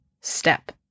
step